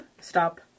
Stop